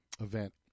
event